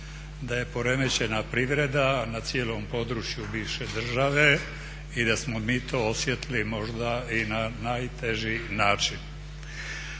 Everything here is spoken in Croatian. Da je poremećena privreda na cijelom području bivše države i da smo mi to osjetili možda i na najteži način.